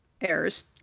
Errors